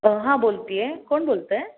हां बोलते आहे कोण बोलत आहे